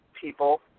people